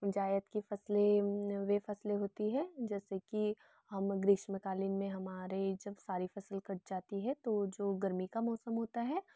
जायद की फसलें वे फसलें होती हैं जैसे कि हम ग्रीष्मकालीन में हमारे जब सारी फसलें कट जाती हैं तो जो गर्मी का मौसम होता है